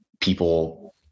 people